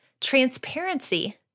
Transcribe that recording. transparency